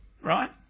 right